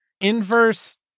inverse